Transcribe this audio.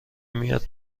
میاد